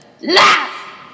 laugh